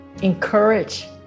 encourage